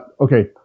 Okay